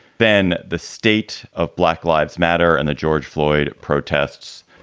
ben, the state of black lives matter and the george floyd protests,